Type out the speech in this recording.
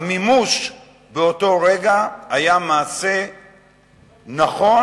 המימוש באותו רגע היה מעשה נכון,